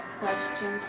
question